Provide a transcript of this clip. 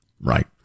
Right